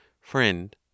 Friend